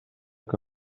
que